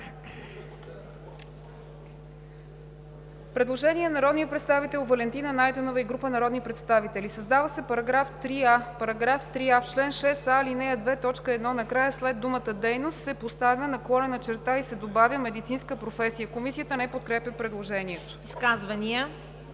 Предложение на народния представител Валентина Найденова и група народни представители: „Създава се § 3а: „§ 3а. В чл. 6а, ал. 2, т. 1 накрая след думата „дейност“ се поставя наклонена черта и се добавя „медицинската професия“.“ Комисията не подкрепя предложението. ПРЕДСЕДАТЕЛ